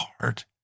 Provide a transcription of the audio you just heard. heart